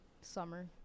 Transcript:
summer